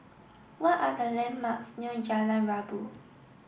what are the landmarks near Jalan Rabu